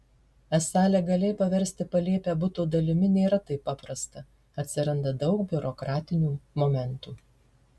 esą legaliai paversti palėpę buto dalimi nėra taip paprasta atsiranda daug biurokratinių momentų